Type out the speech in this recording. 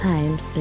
Times